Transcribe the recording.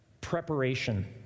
preparation